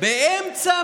אתה צודק.